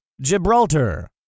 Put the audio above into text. gibraltar